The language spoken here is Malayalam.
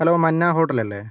ഹലോ മന്നാ ഹോട്ടലല്ലേ